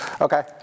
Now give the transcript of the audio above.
Okay